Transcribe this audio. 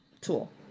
tool